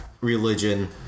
religion